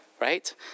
right